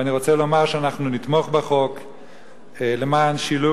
ואני רוצה לומר שאנחנו נתמוך בחוק למען שילוב